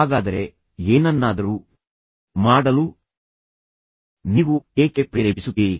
ಹಾಗಾದರೆ ಏನನ್ನಾದರೂ ಮಾಡಲು ನೀವು ಏಕೆ ಪ್ರೇರೇಪಿಸುತ್ತೀರಿ